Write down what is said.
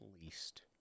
least